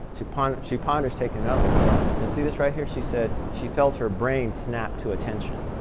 she ponders she ponders taking another one. and see this right here? she said she felt her brain snap to attention.